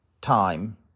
time